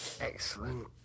Excellent